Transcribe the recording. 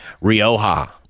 Rioja